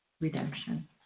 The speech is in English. redemption